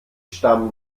stammen